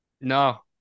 No